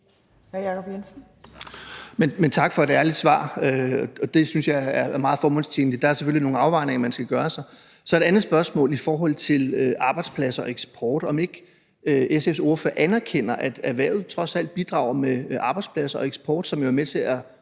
(V): Tak for et ærligt svar. Det synes jeg er meget formålstjenligt. Der er selvfølgelig nogle afvejninger, man skal gøre sig. Så har jeg et andet spørgsmål i forhold til arbejdspladser og eksport: Anerkender SF's ordfører ikke, at erhvervet trods alt bidrager med arbejdspladser og eksport, som jo er med til at